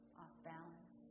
off-balance